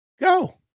go